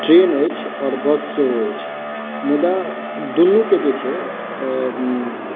train अछि आओर bus सेहो अछि मुदा दुनू के जे छै अ